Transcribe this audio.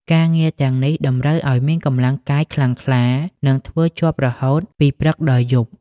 ការងារទាំងនេះតម្រូវឱ្យមានកម្លាំងកាយខ្លាំងក្លា និងធ្វើជាប់រហូតពីព្រឹកដល់យប់។